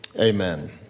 Amen